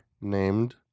named